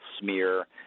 smear